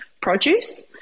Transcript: produce